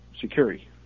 security